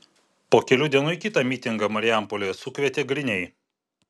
po kelių dienų į kitą mitingą marijampolėje sukvietė griniai